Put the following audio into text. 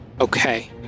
Okay